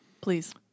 Please